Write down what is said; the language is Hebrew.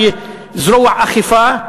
כזרוע אכיפה,